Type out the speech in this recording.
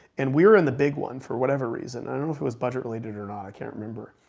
and we were in the big one for whatever reason. i don't know if it was budget related or not. i can't remember.